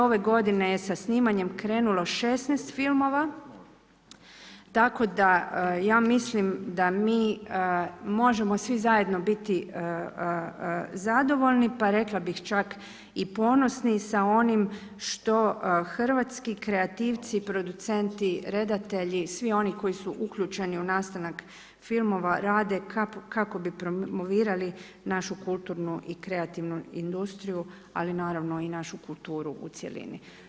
Ove godine je sa snimanjem krenulo 16 filmova, tako da ja mislim da mi možemo svi zajedno biti zadovoljni pa rekla bih čak i ponosni sa onim što hrvatski kreativci i producenti redatelji, svi oni koji su uključeni u nastanak filmova rade kako bi promovirali našu kulturnu i kreativnu industriju, ali naravno i našu kulturu u cjelini.